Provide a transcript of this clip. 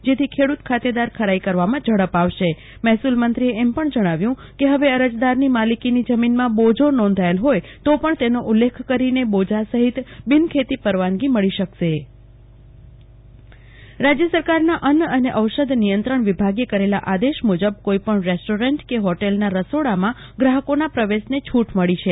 જેથ્ ખેડુત ખાતેદારની ખરાઈ કરવામાં ઝડપ આવશે મહેસુલમંત્રીએ એમ પણ જણાવ્યુ કે હવે અરજદારની માલિકીની જમીનમાં બોજો નોંધાયેલ હોય તો પણ તેનો ઉલ્લેખ કરીને બોજા સહિત બિનખેતી પરવાનગી મળી શકશે કલ્પના શાહ હોટલ કિચન પ્રવેશ છુટ રાજ્ય સરકારના અન્ન અને ઔષષ નિયંત્રણ વિભાગે કરેલા આદેશ મુજબ કોઈપણ રેસ્ટોરન્ટ કે હોટલના રસોડામાં ગ્રાહકોના પ્રવેશને છુટ મળી છે